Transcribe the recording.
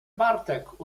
bartek